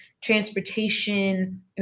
transportation